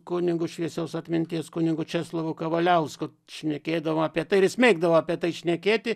kunigu šviesios atminties kunigu česlovu kavaliausku šnekėdavom apie tai ir jis mėgdavo apie tai šnekėti